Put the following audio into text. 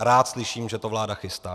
Rád slyším, že to vláda chystá.